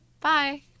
Bye